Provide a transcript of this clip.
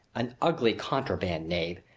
an ugly, contraband knave,